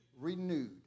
renewed